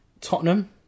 Tottenham